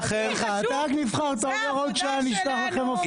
הכי חשוב זו העבודה שלנו.